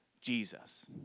Jesus